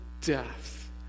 death